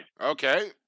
Okay